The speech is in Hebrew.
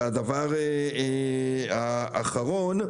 והדבר האחרון,